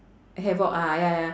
havoc ah ya ya